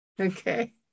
Okay